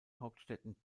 hauptstädten